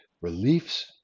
reliefs